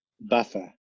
buffer